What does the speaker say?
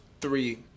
three